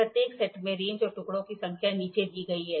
प्रत्येक सेट में रेंज और टुकड़ों की संख्या नीचे दी गई है